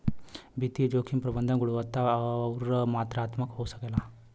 वित्तीय जोखिम प्रबंधन गुणात्मक आउर मात्रात्मक हो सकला